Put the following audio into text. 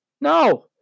No